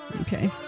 okay